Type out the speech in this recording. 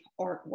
artwork